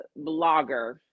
blogger